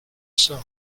some